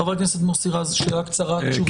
חבר הכנסת מוסי רז, שאלה קצרה, תשובה קצרה.